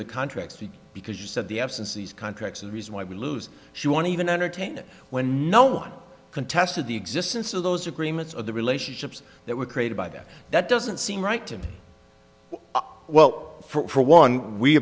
the contract because you said the absence of these contracts are the reason why we lose she won't even entertain it when no one contested the existence of those agreements or the relationships that were created by that that doesn't seem right to me well for one we